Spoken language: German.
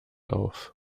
auf